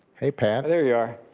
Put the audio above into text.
hey pat. there you are.